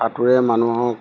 সাঁতোৰে মানুহক